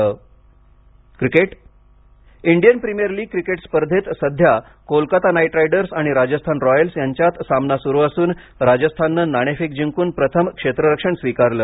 I P L Indian Premier League cricket स्पर्धेत सध्या Kolkata Knight Riders आणि राजस्थान रॉयल्स यांच्यात सामना सुरू असून राजस्थाननं नाणेफेक जिंकून प्रथम क्षेत्ररक्षण स्वीकारलं